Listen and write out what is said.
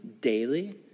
daily